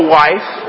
wife